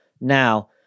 now